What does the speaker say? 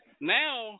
Now